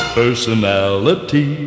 personality